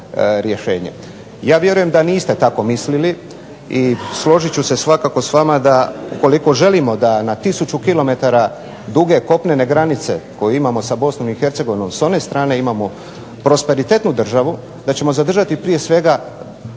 rješenje. Ja vjerujem da niste tako mislili i složit ću se svakako s vama da ukoliko želimo da na tisuću kilometara duge kopnene granice koju imamo sa BiH sa one strane imamo prosperitetnu državu da ćemo zadržati prije svega